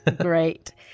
Great